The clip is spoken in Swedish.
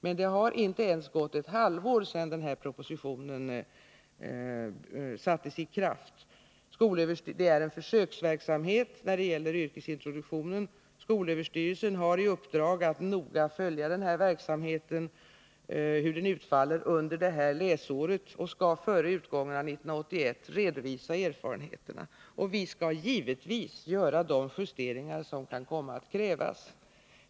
Men det har inte ens gått ett halvår sedan propositionsförslaget sattes i kraft. Det är en försöksverksamhet när det gäller yrkesintroduktionen. Skolöverstyrelsen har i uppdrag att noga följa hur verksamheten utfaller under detta läsår och skall före utgången av 1981 redovisa erfarenheterna. Vi skall givetvis göra de justeringar som kan komma att krävas.